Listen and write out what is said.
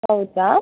ಹೌದಾ